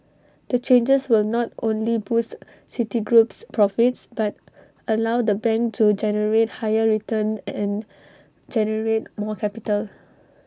the changes will not only boost Citigroup's profits but allow the bank to generate higher returns and generate more capital